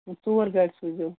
نہ ژور گاڑِ سوٗزیو